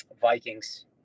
Vikings